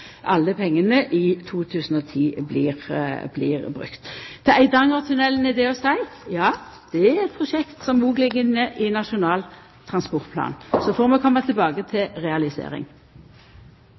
alle pengane i 2010 blir brukte. Til Eidangertunnelen er det å seia: Ja, det er eit prosjekt som òg ligg inne i Nasjonal transportplan. Så får vi koma tilbake til